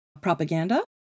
propaganda